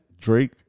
Drake